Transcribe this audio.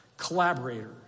Collaborator